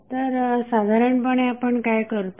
तर साधारणपणे आपण काय करतो